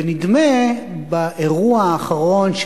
ונדמה שבאירוע האחרון,